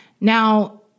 Now